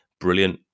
brilliant